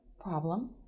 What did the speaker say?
problem